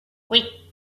oui